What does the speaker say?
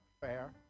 fair